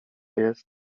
jest